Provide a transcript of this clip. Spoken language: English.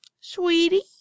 sweetie